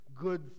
good